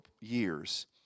years